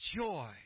joy